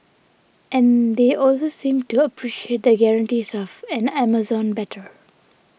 and they also seemed to appreciate the guarantees of an Amazon better